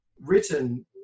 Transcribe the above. written